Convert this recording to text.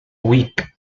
week